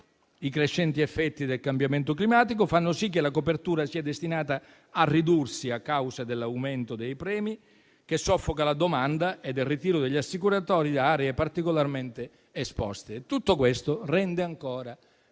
i crescenti effetti del cambiamento climatico fanno sì che la copertura sia destinata a ridursi a causa dell'aumento dei premi, che soffoca la domanda, e dal ritiro degli assicuratori da aree particolarmente esposte. Tutto questo rende ancora